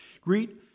Greet